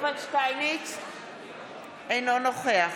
אינו נוכח